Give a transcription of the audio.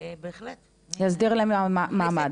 בהחלט --- להסדיר להם את המעמד?